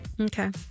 Okay